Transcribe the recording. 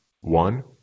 One